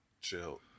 Chill